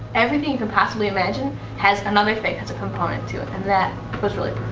everything you can possibly imagine has another faith as a component to it. and that was really